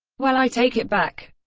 well i take it back,